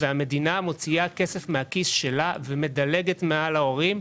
המדינה מוציאה כסף מהכיס שלה ומדלגת מעל ההורים,